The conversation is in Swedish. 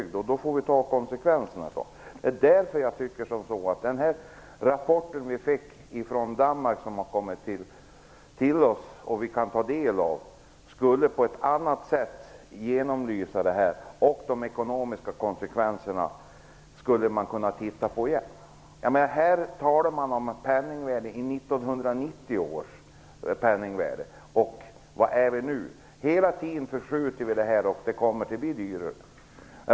Då får vi ta konsekvenserna, som jag sade. Det är därför jag tycker att den danska rapporten, som vi kan ta del av, borde genomlysa detta på ett annat sätt. Man skulle kunna se över de ekonomiska konsekvenserna igen. Här talar man om 1990 års penningvärde. Var befinner vi oss nu? Hela tiden förskjuter vi detta och det kommer att bli dyrare.